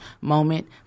moment